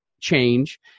change